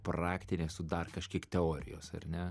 praktinė su dar kažkiek teorijos ar ne